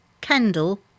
Kendall